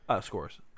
Scores